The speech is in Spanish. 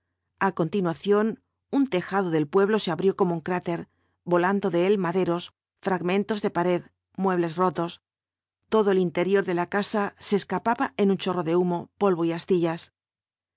a continuación un tejado del pueblo se abrió como un cráter volando de él maderos fragmentos de pared muebles rotos todo el interior de la casa se escapaba en un chorro de humo polvo y astillas